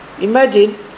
imagine